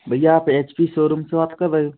भैया आप H P showroom से बात कर रहे हो